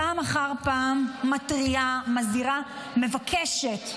פעם אחר פעם מתריעה, מזהירה, מבקשת.